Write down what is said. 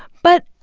but,